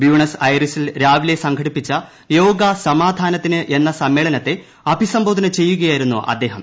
Buenos ഐറിസിൽ രാവിലെ സംഘടിപ്പിച്ച യോഗ സമാധാനത്തിന് എന്ന സമ്മേളനത്തെ അഭിസംബോധന ചെയ്യുകയായിരുന്നു അദ്ദേഹം